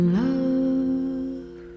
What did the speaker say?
love